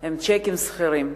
הם צ'קים סחירים.